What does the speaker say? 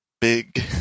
big